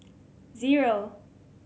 zero